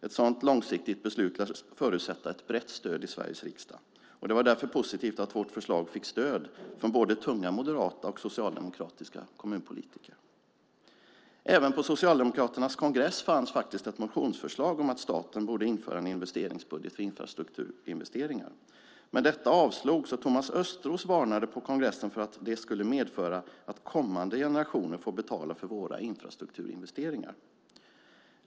Ett sådant långsiktigt beslut lär förutsätta ett brett stöd i Sveriges riksdag. Det var därför positivt att vårt förslag fick stöd från både tunga moderata och socialdemokratiska kommunpolitiker. Även på Socialdemokraternas kongress fanns faktiskt ett motionsförslag om att staten borde införa en investeringsbudget för infrastrukturinvesteringar. Men detta avslogs, och Thomas Östros varnade på kongressen för att det skulle medföra att "kommande generationer får betala för våra infrastrukturinvesteringar".